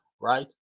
right